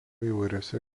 įvairiose